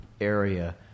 area